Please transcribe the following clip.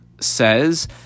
says